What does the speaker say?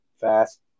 Fast